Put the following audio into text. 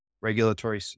Regulatory